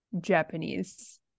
Japanese